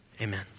Amen